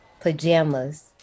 Pajamas